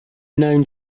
known